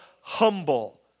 humble